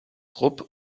rupp